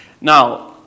Now